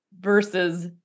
versus